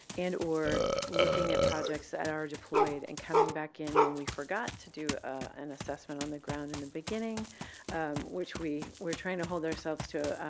and or looking at projects that are deployed and coming back in when we forgot to do an assessment on the ground in the beginning which we're trying to hold ourselves to